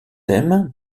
thème